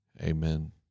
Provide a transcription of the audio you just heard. Amen